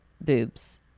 boobs